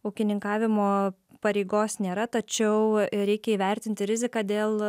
ūkininkavimo pareigos nėra tačiau reikia įvertinti riziką dėl